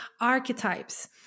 archetypes